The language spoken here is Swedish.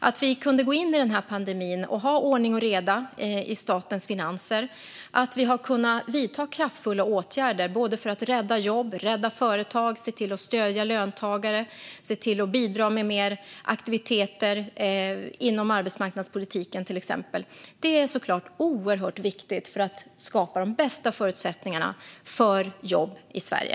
Att vi kunde gå in i pandemin med ordning och reda i statens finanser och att vi har kunnat vidta kraftfulla åtgärder för att rädda jobb och företag, stötta löntagare och bidra med mer aktiviteter inom exempelvis arbetsmarknadspolitiken är givetvis oerhört viktigt för att skapa de bästa förutsättningarna för jobb i Sverige.